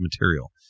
material